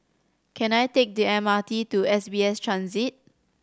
can I take the M R T to S B S Transit